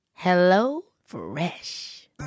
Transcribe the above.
HelloFresh